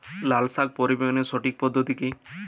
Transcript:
লালশাক পরিবহনের সঠিক পদ্ধতি কি?